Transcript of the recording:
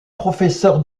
professeur